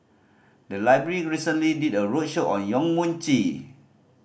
the library recently did a roadshow on Yong Mun Chee